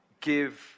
give